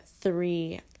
three